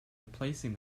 replacing